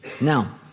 Now